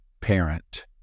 parent